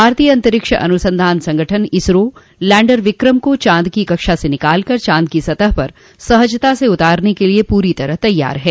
भारतीय अंतरिक्ष अनुसंधान संगठन इसरो लैंडर विक्रम को चांद की कक्षा से निकालकर चांद की सतह पर सहजता से उतारने के लिए पूरी तरह तैयार है